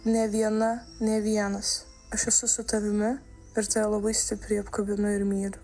ne viena ne vienas aš esu su tavimi ir tave labai stipriai apkabinu ir myliu